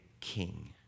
king